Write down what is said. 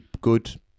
good